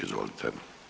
Izvolite.